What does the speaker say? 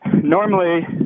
normally